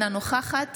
אינה נוכחת